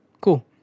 cool